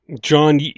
John